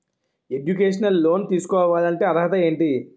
Educational loan తీసుకోవాలంటే అర్హత ఏంటి?